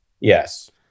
Yes